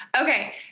Okay